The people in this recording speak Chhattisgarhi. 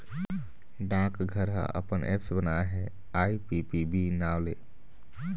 डाकघर ह अपन ऐप्स बनाए हे आई.पी.पी.बी नांव ले